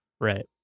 Right